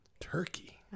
Turkey